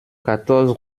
quatorze